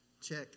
Check